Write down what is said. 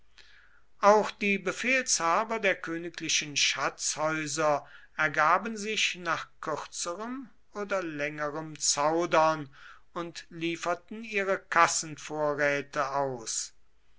auch die befehlshaber der königlichen schatzhäuser ergaben sich nach kürzerem oder längerem zaudern und lieferten ihre kassenvorräte aus